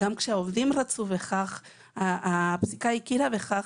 כשהעובדים רצו בכך הפסיקה הכירה בכך,